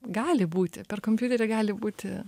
gali būti per kompiuterį gali būti